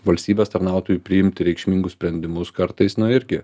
valstybės tarnautojui priimti reikšmingus sprendimus kartais nu irgi